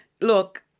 Look